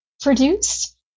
produced